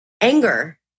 Anger